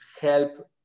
help